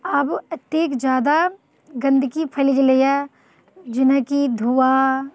आब एतेक जादा गन्दगी फैल गेलैया जेनाकि धुआँ